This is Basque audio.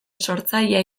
sortzailea